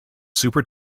super